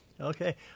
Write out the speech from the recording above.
okay